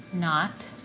not.